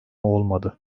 olmadı